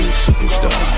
superstar